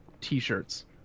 t-shirts